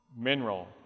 mineral